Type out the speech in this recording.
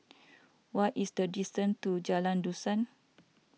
what is the distance to Jalan Dusan